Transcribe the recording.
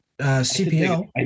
CPL